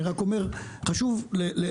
אני רק אומר שחשוב לאזן